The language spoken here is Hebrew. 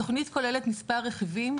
התוכנית כוללת מספר רכיבים,